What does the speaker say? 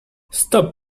stop